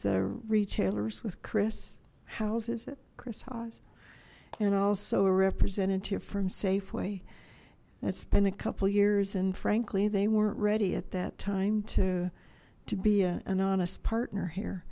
the retailers with chris houses at chris haws and also a representative from safeway that's been a couple years and frankly they weren't ready at that time to to be an honest partner here